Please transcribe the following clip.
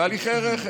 תהליכי רכש.